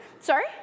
sorry